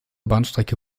bahnstrecke